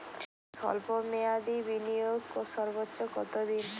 স্বল্প মেয়াদি বিনিয়োগ সর্বোচ্চ কত দিন?